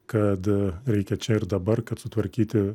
kad reikia čia ir dabar kad sutvarkyti